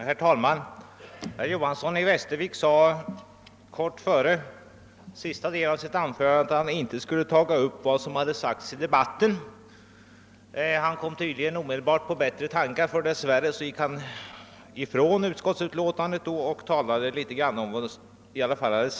Herr talman! Herr Johanson i Västervik yttrade strax före sista delen av sitt anförande att han inte skulle ta upp vad som sagts i debatten. Han kom tydligen omedelbart på bättre tankar, eftersom han gick ifrån utskottsutlåtandet och tog upp en del av vad som sagts i debatten.